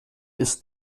ist